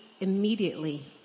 immediately